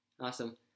Awesome